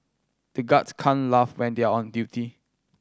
the guards can't laugh when they are on duty